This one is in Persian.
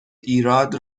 ایراد